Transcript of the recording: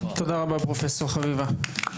תודה רבה, פרופ' חביבה.